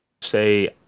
say